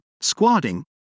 squatting